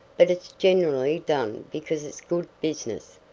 but it's generally done because it's good business.